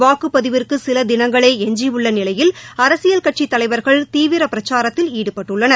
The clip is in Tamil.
வாக்குப் பதிவிற்கு சில தினங்களே எஞ்சியுள்ள நிலையில் அரசியல்கட்சி தலைவர்கள் தீவிர பிரச்சாரத்தில் ஈடுபட்டுள்ளனர்